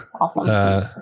Awesome